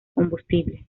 combustible